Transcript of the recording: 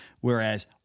whereas